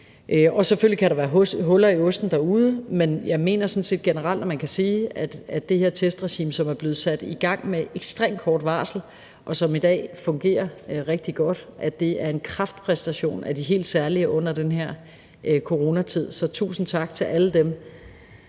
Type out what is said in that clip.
op. Selvfølgelig kan der være huller i osten derude, men jeg mener sådan set generelt man kan sige, at det her testregime, som er blevet sat i gang med ekstremt kort varsel, og som i dag fungerer rigtig godt, er en kraftpræstation af de helt særlige under den her coronatid. Så tusind tak til alle dem,